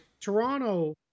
Toronto